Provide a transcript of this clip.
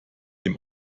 dem